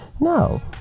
No